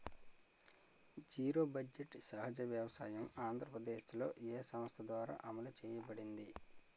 Zero budget సహజ వ్యవసాయం ఆంధ్రప్రదేశ్లో, ఏ సంస్థ ద్వారా అమలు చేయబడింది?